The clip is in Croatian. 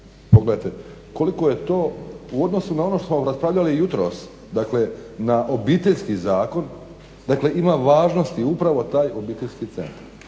Pogledajte koliko je to u odnosu na ono što smo raspravljali jutro, dakle na Obiteljski zakon. Dakle, ima važnosti upravo taj obiteljski centar.